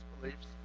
beliefs